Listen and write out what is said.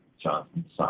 Johnson